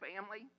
family